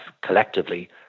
collectively